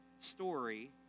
story